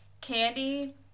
candy